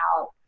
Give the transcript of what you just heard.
out